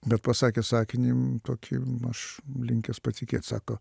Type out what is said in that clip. bet pasakė sakinį tokį aš linkęs patikėt sako